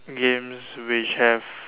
games which have